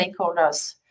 stakeholders